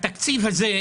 בתקציב הזה,